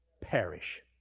perish